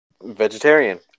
vegetarian